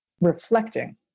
reflecting